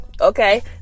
Okay